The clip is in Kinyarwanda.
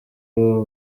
aba